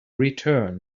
return